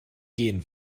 gehen